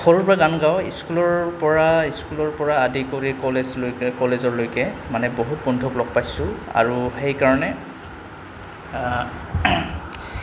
সৰুৰে পৰা গান গাও স্কুলৰ পৰা স্কুলৰ পৰা আদি কৰি কলেজে কলেজলৈকে মানে বহুত বন্ধুক লগ পাইছোঁ আৰু সেইকাৰণে